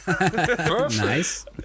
Nice